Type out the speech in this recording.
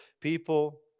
people